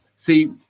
See